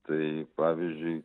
tai pavyzdžiui